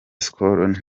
skol